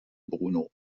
bruno